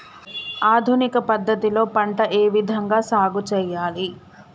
ఆధునిక పద్ధతి లో పంట ఏ విధంగా సాగు చేయాలి?